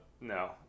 no